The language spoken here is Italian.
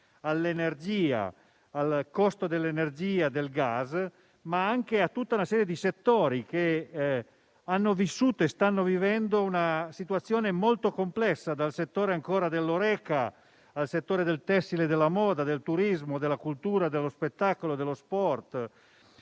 connessi al costo dell'energia e del gas, ma finalizzate ad aiutare anche molti settori che hanno vissuto e stanno vivendo una situazione davvero complessa: dal settore dell'Horeca, al settore del tessile e della moda, del turismo, della cultura, dello spettacolo, dello sport;